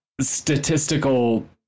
statistical